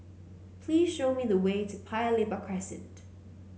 please show me the way to Paya Lebar Crescent